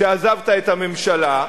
כשעזבת את הממשלה.